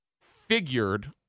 figured